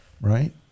right